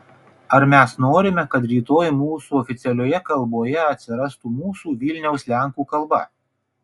ar mes norime kad rytoj mūsų oficialioje kalboje atsirastų mūsų vilniaus lenkų kalba